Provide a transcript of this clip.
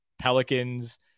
Pelicans